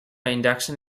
induction